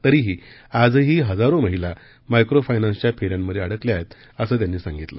तरीही आजही हजारो महिला मायक्रो फायनान्सच्या फेऱ्यांमध्ये अडकल्या आहेत असं त्यांनी सांगितलं